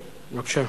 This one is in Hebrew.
בבקשה.